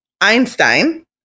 Einstein